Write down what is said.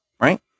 Right